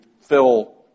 fill